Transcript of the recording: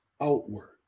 outward